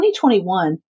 2021